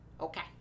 Okay